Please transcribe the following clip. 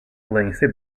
lengthy